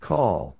Call